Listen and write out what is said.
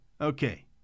Okay